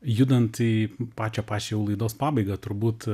judant į pačią pačią jau laidos pabaigą turbūt